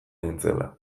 nintzela